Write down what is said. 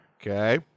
Okay